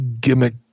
gimmick